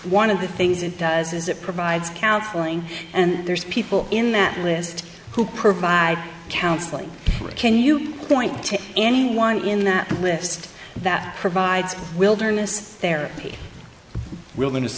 one of the things it does is it provides counseling and there's people in that list who provide counseling can you point to anyone in that list that provides wilderness their wilderness